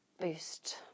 boost